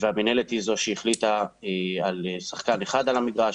והמינהלת היא זו שהחליטה על שחקן אחד על המגרש